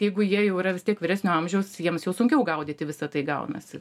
jeigu jie jau yra vis tiek vyresnio amžiaus jiems jau sunkiau gaudyti visą tai gaunasi